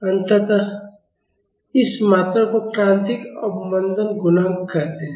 अतः इस मात्रा को क्रांतिक अवमंदन गुणांक कहते हैं